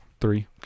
three